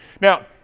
Now